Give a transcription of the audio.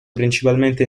principalmente